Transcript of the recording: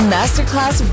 Masterclass